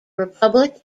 republic